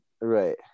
Right